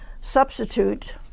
substitute